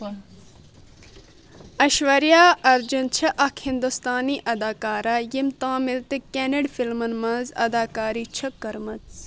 ایٚشوریا ارجُن چھےٚ اَکھ ہِنٛدوستانی اداکارہ ییٚمہِ تامِل تہٕ کنٛنڑ فِلمن منٛز اداکاری چھےٚ کٔرمٕژ